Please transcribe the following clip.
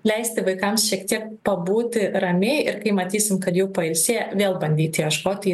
leisti vaikams šiek tiek pabūti ramiai ir kai matysim kad jau pailsėję vėl bandyti ieškoti